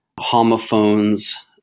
homophones